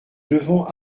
devons